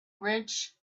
rich